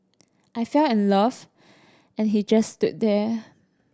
I fell in love and he just stood there